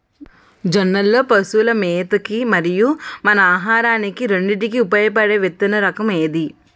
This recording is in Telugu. జొన్నలు లో పశువుల మేత కి మరియు మన ఆహారానికి రెండింటికి ఉపయోగపడే విత్తన రకం ఏది?